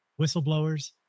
whistleblowers